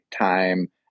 time